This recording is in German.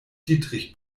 dietrich